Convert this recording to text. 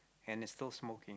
and it's still smoking